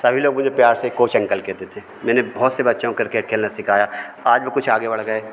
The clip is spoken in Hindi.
सभी लोग मुझे प्यार से कोच अंकल कहते थे मैंने बहउत से बच्चों को किर्केट खेलना सिखाया आज वे कुछ आगे बढ़ गए